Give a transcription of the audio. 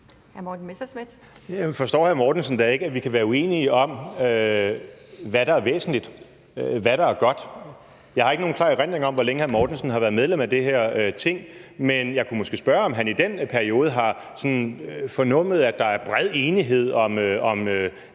hr. Flemming Møller Mortensen da ikke, at vi kan være uenige om, hvad der er væsentligt, hvad der er godt? Jeg har ikke nogen klar erindring om, hvor længe hr. Mortensen har været medlem af det her Ting, men jeg kunne måske spørge, om han i den periode sådan har fornummet, at der er bred enighed om